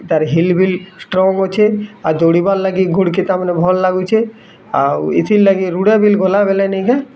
ତା'ର ହିଲ୍ ବିଲ୍ ଷ୍ଟ୍ରଙ୍ଗ୍ ଅଛି ଆଉ ଦୌଡ଼ିବା ଲାଗି ଗୋଡ଼୍ କେ ତାମାନେ ଭଲ୍ ଲାଗୁଛେ ଆଉ ଏଥିର୍ ଲାଗି ରୁଢ଼ାବିଲ୍ ଗଲା ବେଲେ ନେଇ ଯାଏ